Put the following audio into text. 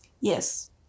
Yes